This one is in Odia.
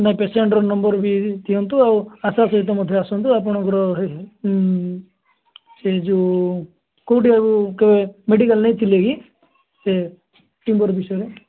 ନାହିଁ ପେସେଣ୍ଟ୍ର ନମ୍ବର୍ ବି ଦିଅନ୍ତୁ ଆଉ ଆଶା ସହିତ ମଧ୍ୟ ଆସନ୍ତୁ ଆପଣଙ୍କର ହେଲେ ସେଇ ଯେଉଁ କେଉଁଠି ଆଇବ କେବେ ମେଡ଼ିକାଲ୍ ନେଇଥିଲେ କି ଏ ଟ୍ୟୁମର୍ ବିଷୟରେ